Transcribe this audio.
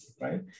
right